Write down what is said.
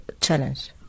challenge